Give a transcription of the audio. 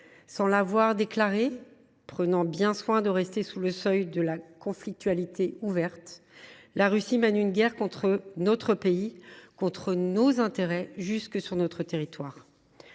Sans l’avoir déclarée et en prenant bien soin de rester sous le seuil de la conflictualité ouverte, la Russie mène une guerre contre notre pays, contre nos intérêts, jusque sur notre territoire.